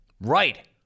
Right